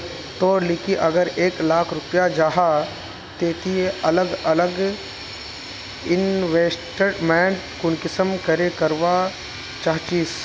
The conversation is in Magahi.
तोर लिकी अगर एक लाख रुपया जाहा ते ती अलग अलग इन्वेस्टमेंट कुंसम करे करवा चाहचिस?